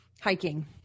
Hiking